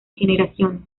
generaciones